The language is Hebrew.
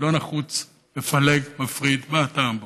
לא נחוץ, מפלג, מפריד, מה הטעם בו?